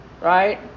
right